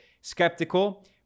skeptical